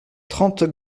trente